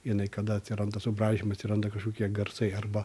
jinai kada atsiranda subraižymai atsiranda kažkokie garsai arba